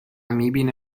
میبینه